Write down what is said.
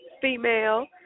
Female